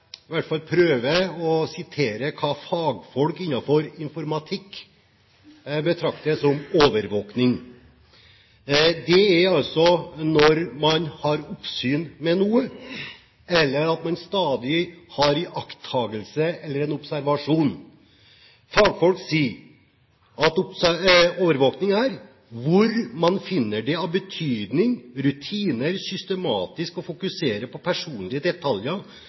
hvert fall prøve å sitere hva fagfolk innenfor informatikk betrakter som overvåkning. Det er når man har oppsyn med noe, eller at man stadig har iakttakelse eller en observasjon. Fagfolk sier at overvåkning er hvor man finner det av betydning systematisk å fokusere på personlige detaljer